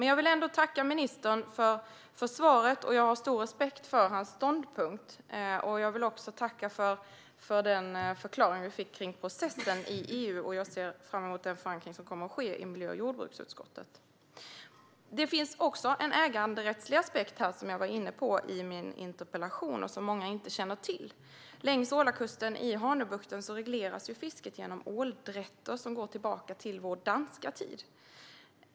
Jag vill ändå tacka ministern för svaret, och jag har stor respekt för hans ståndpunkt. Jag vill också tacka för den förklaring vi fick om processen i EU, och jag ser fram emot den förankring som kommer att ske i miljö och jordbruksutskottet. Det finns också en äganderättslig aspekt som jag var inne på i min interpellation och som många inte känner till. Längs Ålakusten i Hanöbukten regleras fisket genom åldrätter som går tillbaka till vår danska tid.